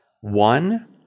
one